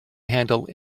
handle